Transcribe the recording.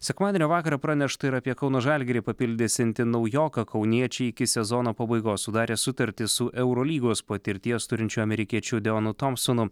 sekmadienio vakarą pranešta ir apie kauno žalgirį papildysiantį naujoką kauniečiai iki sezono pabaigos sudarė sutartį su eurolygos patirties turinčiu amerikiečiu deonu tompsonu